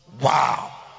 wow